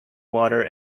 water